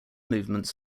movements